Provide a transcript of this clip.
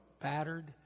battered